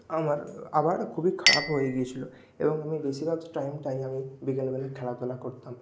আমার আবার খুবই খারাপ হয়ে গিয়েছিলো এবং আমি বেশিভাগ টাইমটাই আমি বিকেলবেলায় খেলা ফেলা করতাম